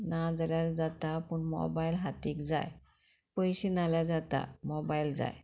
ना जाल्यार जाता पूण मोबायल हातीक जाय पयशे नाल्यार जाता मोबायल जाय